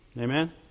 Amen